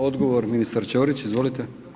Odgovor ministar Ćorić, izvolite.